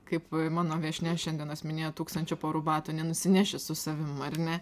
kaip mano viešnia šiandienos minėjo tūkstančio porų batų nenusineši su savim ar ne